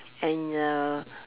and uh